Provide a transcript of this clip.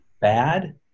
bad